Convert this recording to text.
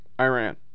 Iran